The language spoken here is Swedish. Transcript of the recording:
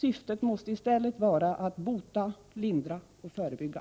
Syftet måste i stället vara att bota, lindra och förebygga.